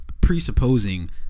Presupposing